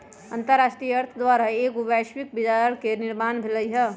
अंतरराष्ट्रीय अर्थ द्वारा एगो वैश्विक बजार के निर्माण भेलइ ह